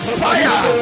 fire